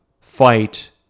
fight